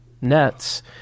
nets